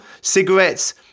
cigarettes